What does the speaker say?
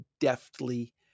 deftly